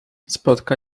spotka